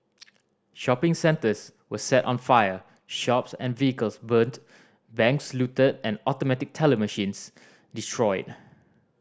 shopping centres were set on fire shops and vehicles burnt banks looted and automatic teller machines destroyed